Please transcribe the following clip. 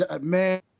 Man